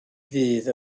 ddydd